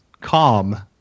calm